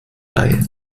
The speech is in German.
reihe